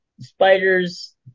Spiders